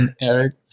Eric